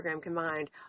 combined